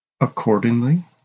Accordingly